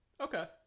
okay